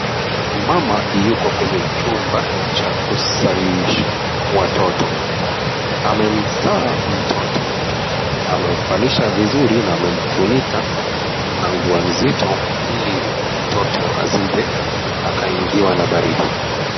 Mama yuko kwenye chumba cha kuzalisha watoto. Amemzaa mtoto. Amemvalisha vizuri na amemfunika na nguo nzito ili mtoto asijeakaingiwa na baridi.